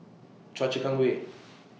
Choa Chu Kang Way